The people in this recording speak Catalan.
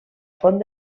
font